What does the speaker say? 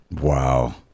wow